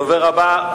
הדובר הבא,